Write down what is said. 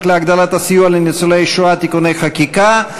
להגדלת הסיוע לניצולי שואה (תיקוני חקיקה).